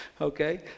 Okay